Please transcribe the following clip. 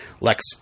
Lex